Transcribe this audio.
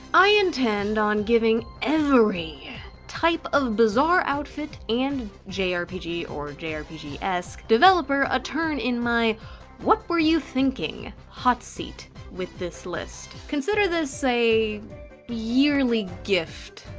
i intend on giving every type of bizarre outfit and jrpg or jrpg esque developer a turn in my what were you thinking? hot seat with this list. list. consider this a yearly gift,